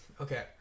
okay